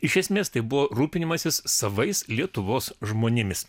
iš esmės tai buvo rūpinimasis savais lietuvos žmonėmis